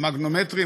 המגנומטרים,